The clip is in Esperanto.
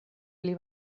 pli